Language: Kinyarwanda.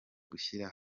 gushyira